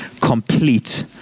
complete